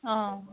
অঁ